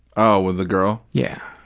oh, with the girl? yeah.